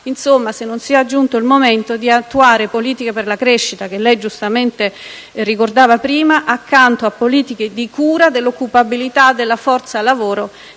chiedo se non sia giunto il momento di attuare politiche per la crescita - da lei giustamente ricordata prima - accanto a politiche di cura dell'occupabilità della forza lavoro